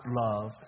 love